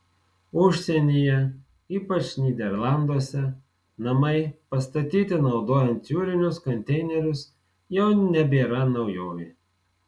užsienyje ypač nyderlanduose namai pastatyti naudojant jūrinius konteinerius jau nebėra naujovė